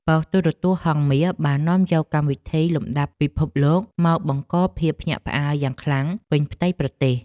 ប៉ុស្តិ៍ទូរទស្សន៍ហង្សមាសបាននាំយកកម្មវិធីលំដាប់ពិភពលោកមកបង្កភាពភ្ញាក់ផ្អើលយ៉ាងខ្លាំងពេញផ្ទៃប្រទេស។